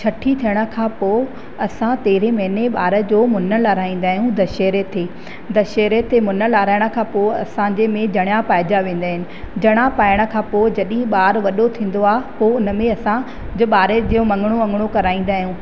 छठी थियण खां पोइ असां तेरहें महिने ॿार जो मुनणु लाराहींदा आहियूं दशहरे ते दशहरे ते मुनणु लाराइण खां पोइ असांजे में जणिया पाया वेंदा आहिनि जणिया पाइण खां पोइ जॾहिं ॿारु वॾो थींदो आहे पोइ उन में असांजे ॿार जो मंङणो वंङणो कराईंदा आहियूं